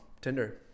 Tinder